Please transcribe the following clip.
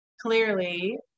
clearly